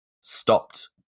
stopped